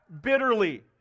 bitterly